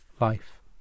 life